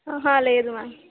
లేదు మ్యామ్